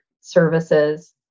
services